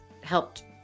helped